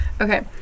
Okay